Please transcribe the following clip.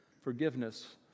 forgiveness